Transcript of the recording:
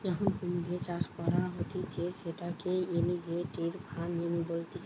যখন কুমিরের চাষ করা হতিছে সেটাকে এলিগেটের ফার্মিং বলতিছে